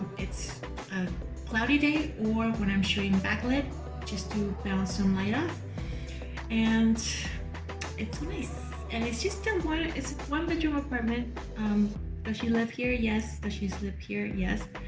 it's cloudy day or when i'm shooting backlit just bounce some light of and it's and it's just and ah it's one bedroom apartment um does she live here, yes. does she sleep here, yes.